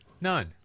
None